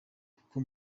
kuko